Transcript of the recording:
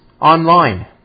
online